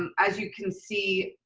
um as you can see,